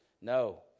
No